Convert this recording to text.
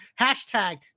hashtag